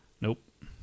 nope